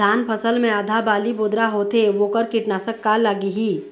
धान फसल मे आधा बाली बोदरा होथे वोकर कीटनाशक का लागिही?